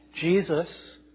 Jesus